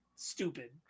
stupid